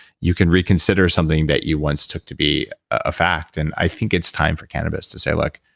you can reconsider something that you once took to be a fact. and i think it's time for cannabis to say, look,